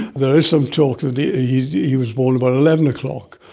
there is some talk that he he was born about eleven o'clock,